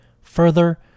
Further